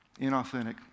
inauthentic